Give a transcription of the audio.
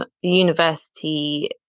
University